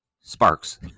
sparks